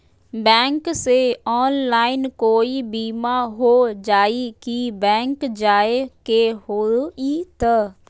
Bank से online कोई बिमा हो जाई कि बैंक जाए के होई त?